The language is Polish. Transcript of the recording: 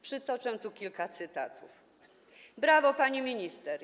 Przytoczę tu kilka cytatów: Brawo, pani minister!